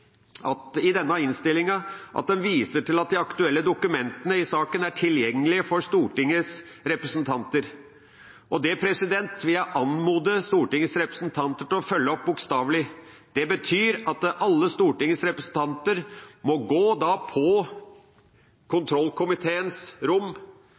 viser i denne innstillinga til at de aktuelle dokumentene i saken er tilgjengelige for Stortingets representanter. Det vil jeg anmode Stortingets representanter om å følge opp bokstavelig. Det betyr at alle Stortingets representanter da må gå på kontrollkomiteens rom,